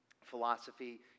philosophy